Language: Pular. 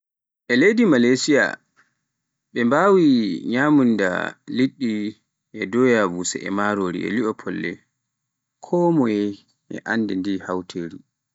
E Leydi Malesiya ɓe mbawi nyamunda liɗɗi doya busa e marori, e li'o folle, konmoye e anndi ndi hawteri